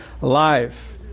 life